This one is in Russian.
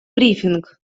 брифинг